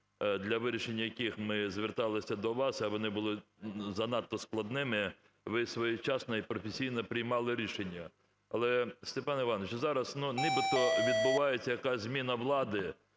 для вирішення яких ми зверталися до вас, а вони були занадто складними, ви своєчасно і професійно приймали рішення. Але, Степан Іванович, зараз ну нібито відбувається якась зміна влади,